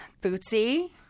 Bootsy